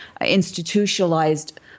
institutionalized